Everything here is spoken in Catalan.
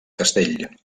castell